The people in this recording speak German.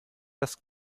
das